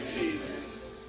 Jesus